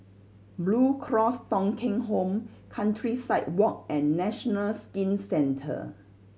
Blue Cross Thong Kheng Home Countryside Walk and National Skin Centre